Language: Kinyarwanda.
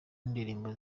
ndirimbo